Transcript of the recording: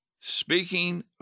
speaking